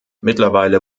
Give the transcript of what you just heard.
mittlerweile